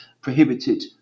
prohibited